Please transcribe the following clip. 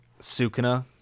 Sukuna